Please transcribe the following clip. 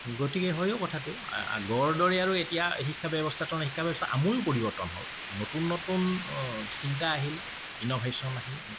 গতিকে হয়ো কথাতো আগৰ দৰে আৰু এতিয়া শিক্ষা ব্যৱস্থাটো নাই শিক্ষা ব্যৱস্থাৰ আমোল পৰিৱৰ্তন হ'ল নতুন নতুন চিন্তা আহিল ইন'ভেশ্যন আহিল